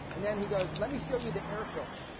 and then he goes, let me show you the air filter.